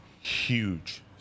Huge